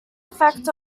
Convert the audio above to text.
effect